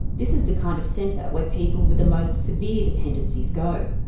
this is the kind of centre where people with the most severe dependencies go.